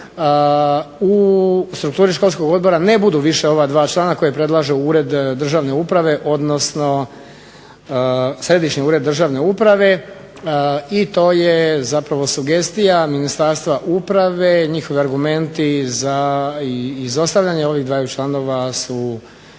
u strukturi Školskog odbora ne budu više ova 2 člana koje predlaže Ured državne uprave odnosno Središnji ured državne uprave i to je zapravo sugestija Ministarstva uprave i njihovi argumenti za izostavljanje ova 2 člana su